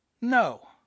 No